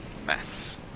Maths